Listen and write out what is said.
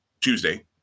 Tuesday